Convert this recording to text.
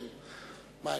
מה,